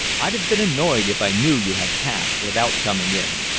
i'd have been annoyed if i knew you had passed without coming in.